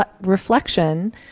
reflection